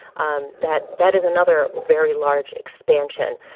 um that that is another very large expansion.